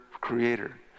creator